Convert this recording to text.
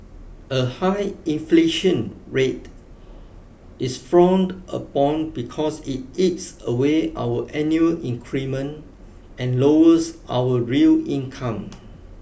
a high inflation rate is frowned upon because it eats away our annual increment and lowers our real income